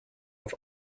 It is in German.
auf